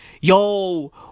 yo